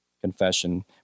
Confession